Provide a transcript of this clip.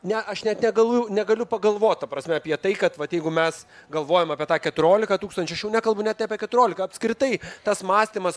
ne aš net negalu negaliu pagalvot ta prasme apie tai kad vat jeigu mes galvojam apie tą keturiolika tūkstančių aš jau nekalbu net apie keturiolika apskritai tas mąstymas